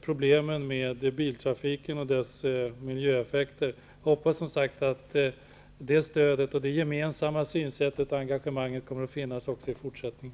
problemen med biltrafiken och dess miljöeffekter. Jag hoppas som sagt att det stödet och det gemensamma synsättet och engagemanget kommer att finnas också i fortsättningen.